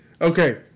Okay